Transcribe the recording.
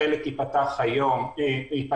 חלק ייפתח השבוע.